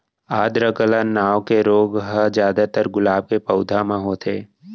आद्र गलन नांव के रोग ह जादातर गुलाब के पउधा म होथे